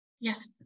yes